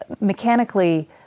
mechanically